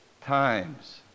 times